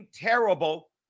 Terrible